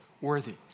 worthy